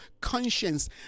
conscience